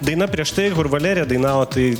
daina prieš tai kur valerija dainavo tai